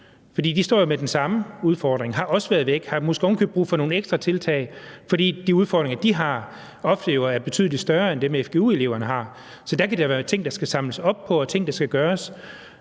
de står jo med den samme udfordring: De har også været væk og har måske oven i købet brug for nogle ekstra tiltag, fordi de udfordringer, som de har, jo ofte er betydelig større end dem, som fgu-eleverne har. Så dér kan der være ting, som der skal samles op på, og ting,